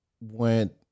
went